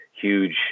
huge